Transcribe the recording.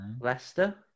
Leicester